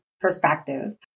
perspective